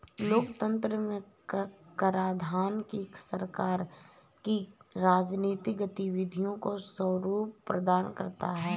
लोकतंत्र में कराधान ही सरकार की राजनीतिक गतिविधियों को स्वरूप प्रदान करता है